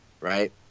right